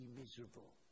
miserable